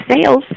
sales